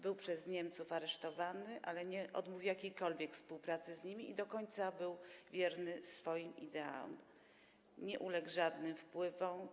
Był przez Niemców aresztowany, ale odmówił jakiejkolwiek współpracy z nimi i do końca był wierny swoim ideałom, nie uległ żadnym wpływom.